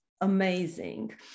amazing